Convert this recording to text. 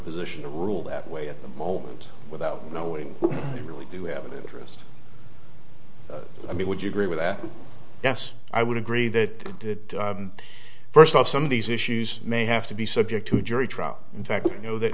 position to rule that way at the moment without knowing they really do have an interest i mean would you agree with that yes i would agree that first off some of these issues may have to be subject to jury trial in fact you know that